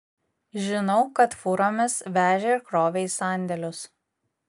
žinau kad fūromis vežė ir krovė į sandėlius